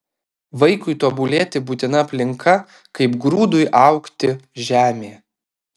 vaikui tobulėti būtina aplinka kaip grūdui augti žemė